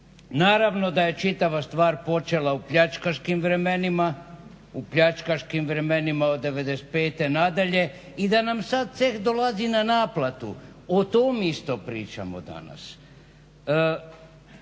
Naravno, da je čitava stvar počela u pljačkaškim vremenima, u pljačkaškim vremenima od 95. nadalje i da nam sad ceh dolazi na naplatu, o tom isto pričamo danas.